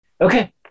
Okay